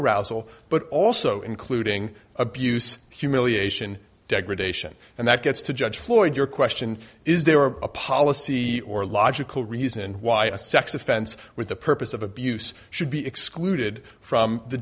arousal but also including abuse humiliation degradation and that gets to judge floyd your question is there are a policy or logical reason why a sex offense with the purpose of abuse should be excluded from the